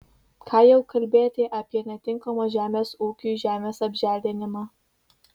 ką jau kalbėti apie netinkamos žemės ūkiui žemės apželdinimą